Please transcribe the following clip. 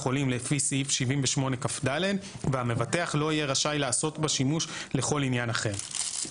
החולים לפי סעיף 78כד והמבטח לא יהיה רשאי לעשות בה שימוש לכל עניין אחר'.